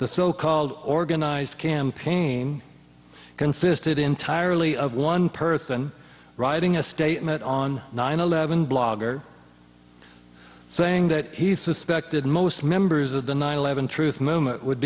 the so called organized campaign consisted entirely of one person writing a statement on nine eleven blogger saying that he suspected most members of the nine eleven truth movement would